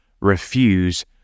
refuse